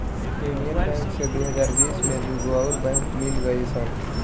union Bank से दू हज़ार बिस में दूगो अउर बैंक मिल गईल सन